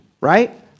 right